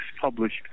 published